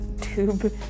tube